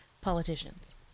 politicians